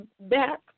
back